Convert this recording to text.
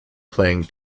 playing